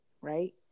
Right